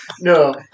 No